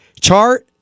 chart